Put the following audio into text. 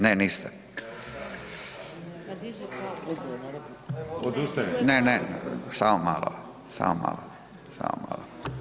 Ne, niste. ... [[Upadica se ne čuje.]] ne, ne, samo malo, samo malo, samo malo.